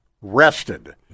rested